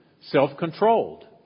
self-controlled